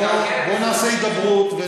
בוא, בוא, בוא נעשה הידברות, מצוין.